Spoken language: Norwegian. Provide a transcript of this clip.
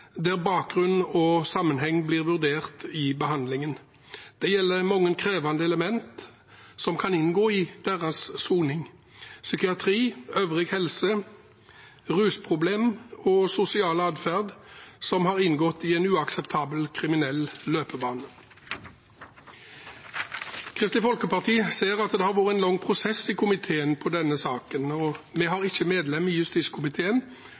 der bakgrunn og sammenheng blir vurdert i behandlingen. Det gjelder mange krevende elementer som kan inngå i deres soning – psykiatri, øvrig helse, rusproblemer og sosial adferd som har inngått i en uakseptabel kriminell løpebane. Kristelig Folkeparti ser at det har vært en lang prosess i komiteen i denne saken. Vi har ikke medlem i justiskomiteen